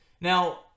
Now